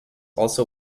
also